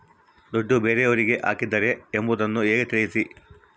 ದುಡ್ಡು ಬೇರೆಯವರಿಗೆ ಹಾಕಿದ್ದಾರೆ ಎಂಬುದು ಹೇಗೆ ತಿಳಿಸಿ?